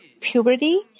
puberty